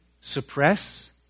suppress